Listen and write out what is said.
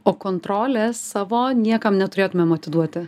o kontrolės savo niekam neturėtumėm atiduoti